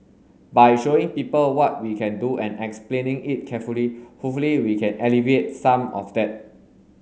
by showing people what we can do and explaining it carefully hopefully we can alleviate some of that